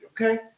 Okay